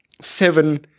seven